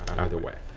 either way,